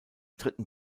dritten